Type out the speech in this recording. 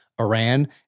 Iran